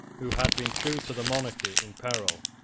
who had been true to the monarchy in peril,